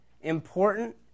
important